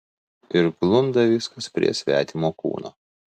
ir glunda viskas prie svetimo kūno